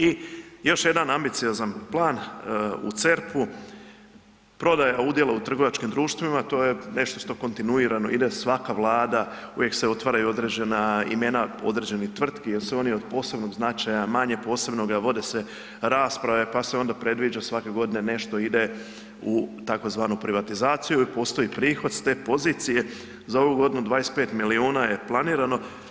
I još jedan ambiciozan plan, u CERP-u, prodaja udjela u trgovačkim društvima, to je nešto što kontinuirano ide svaka Vlada, uvijek se otvaraju određena imena određenih tvrtki jer su one oni od posebnog značaja, manje posebnoga, vode se rasprave pa se onda predviđa svake godine nešto ide u tzv. privatizaciju i postoji prihod s te pozicije, za ovu godinu 25 milijuna je planirano.